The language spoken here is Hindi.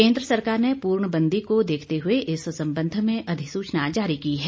केंद्र सरकार ने पूर्ण बंदी को देखते हुए इस सम्बंध में अधिसूचना जारी की है